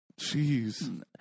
jeez